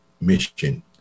mission